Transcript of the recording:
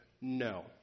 no